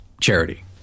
charity